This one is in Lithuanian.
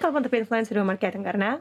kalbant apie influencerių marketingą ar ne